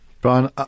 Brian